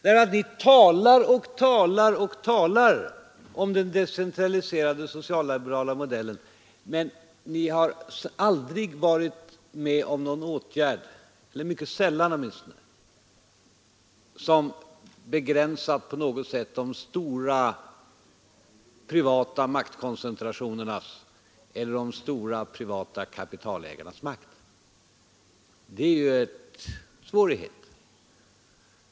Ni talar och talar om den decentraliserade socialliberala modellen, men ni är mycket sällan med om någon åtgärd som på något sätt begränsat de stora privata maktkoncentrationerna eller de stora privata kapitalägarnas makt. Det är ju en svårighet.